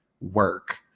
work